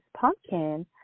pumpkin